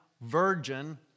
virgin